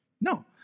No